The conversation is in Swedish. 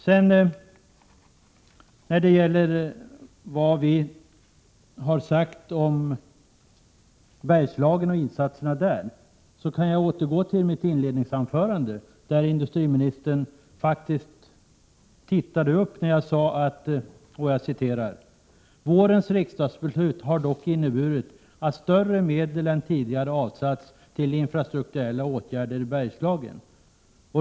Beträffande vad vi har sagt om Bergslagen och insatserna där kan jag återgå till mitt inledningsanförande. Industriministern tittade faktiskt upp när jag sade: ”Vårens riksdagsbeslut har dock inneburit att större medel än tidigare har avsatts till infrastrukturella åtgärder.